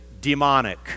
demonic